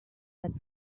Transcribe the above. that